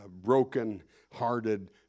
broken-hearted